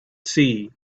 see